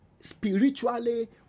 spiritually